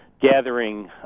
gathering